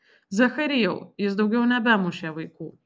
zacharijau jis daugiau nebemušė vaikų